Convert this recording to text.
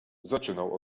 zaczynał